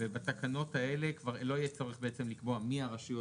בתקנות האלה לא יהיה צורך לקבוע מי הרשויות